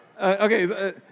Okay